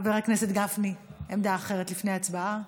חבר הכנסת גפני, עמדה אחרת לפני הצבעה.